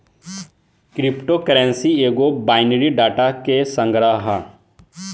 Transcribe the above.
crypto currency एगो binary data के संग्रह ह